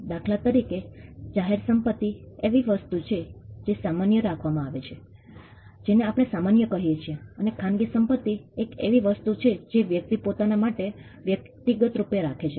દાખલા તરીકે જાહેર સંપતિ એવી વસ્તુ છે જે સામાન્ય રાખવામાં આવે છે જેને આપણે સામાન્ય કહીએ છીએ અને ખાનગી સંપતિ એક એવી વસ્તુ છે જે વ્યક્તિ પોતાના માટે વ્યક્તિગત રૂપે રાખે છે